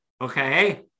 Okay